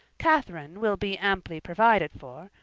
catherine will be amply provided for,